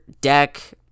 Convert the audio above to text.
Deck